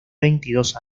veintidós